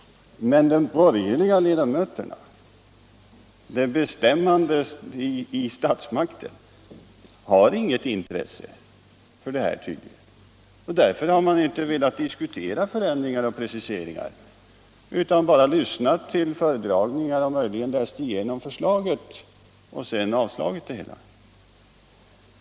Men de borgerliga ledamöterna, de bestämmande i statsmakten, har tydligen inget intresse av detta. De har därför inte velat diskutera förändringar och preciseringar. De har bara lyssnat till föredragningar och möjligen läst igenom förslaget och sedan avstyrkt det.